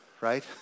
right